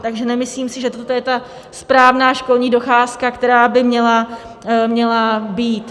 Takže nemyslím si, že toto je ta správná školní docházka, která by měla být.